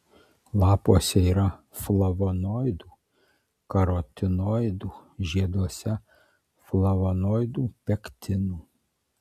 lapuose yra flavonoidų karotinoidų žieduose flavonoidų pektinų